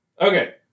Okay